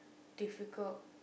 difficult